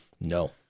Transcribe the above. No